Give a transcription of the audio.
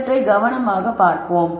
இவற்றை கவனமாக பார்ப்போம்